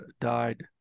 died